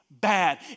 bad